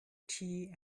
tea